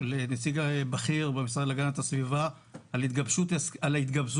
לנציג בכיר במשרד להגנת הסביבה על ההתגבשות